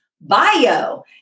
bio